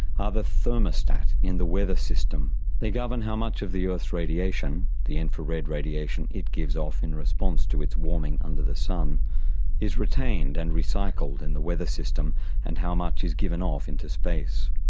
ah the thermostat in the weather system. they govern how much of the earth's radiation, the infrared radiation it gives off in response to its warming under the sun is retained and recycled in the weather system and how much is given off into space.